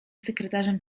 sekretarzem